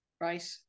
Right